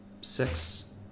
six